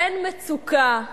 אין מצוקה חמורה,